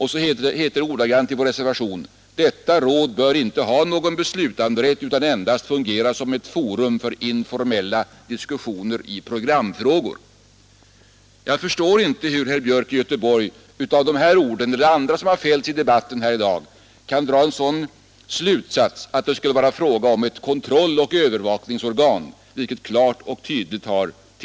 I reservationen står ordagrant: ”Detta råd bör inte ha någon beslutanderätt utan endast fungera som ett forum för informella diskussioner i programfrågor.” Jag förstår inte hur herr Björk av dessa ord eller av andra ord som fällts i debatten här i dag kan dra en sådan slutsats, att det skulle vara fråga om ett kontrolloch övervakningsorgan, vilket över huvud taget inte har nämnts.